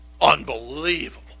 unbelievable